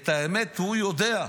את האמת הוא יודע.